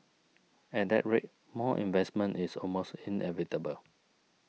at that rate more investment is almost inevitable